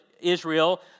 Israel